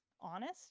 honest